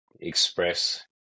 express